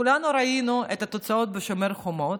כולנו ראינו את התוצאות בשומר חומות.